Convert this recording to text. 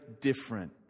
different